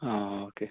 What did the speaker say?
ആ ആ ഓക്കെ